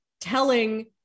telling